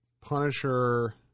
Punisher